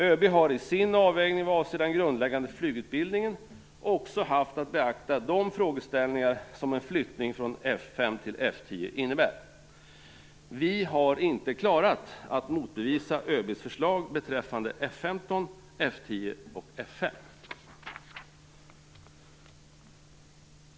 ÖB har i sin avvägning vad avser den grundläggande flygutbildningen också haft att beakta de frågeställningar som en flyttning från F 5 till F 10 innebär. Utskottet har inte klarat att motbevisa ÖB:s förslag beträffande F 15, F 10 och F 5.